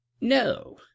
No